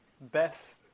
best